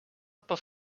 pels